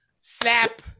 Slap